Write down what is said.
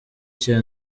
cya